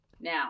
Now